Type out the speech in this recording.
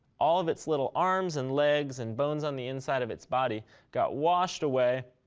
all of its little arms and legs and bones on the inside of its body got washed away.